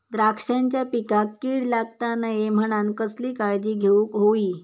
द्राक्षांच्या पिकांक कीड लागता नये म्हणान कसली काळजी घेऊक होई?